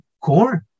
corn